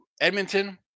Edmonton